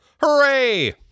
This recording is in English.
Hooray